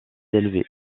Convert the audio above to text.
élevée